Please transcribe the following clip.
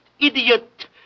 idiot